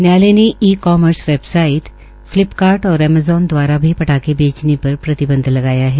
न्यायालय ने e commerce website Flipkart और ऐमजोन द्वारा भी पटाखे बेचेने पर प्रतिबंदव लगाया है